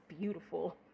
beautiful